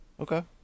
okay